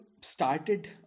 started